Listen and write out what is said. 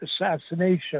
assassination